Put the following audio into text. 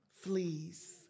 fleas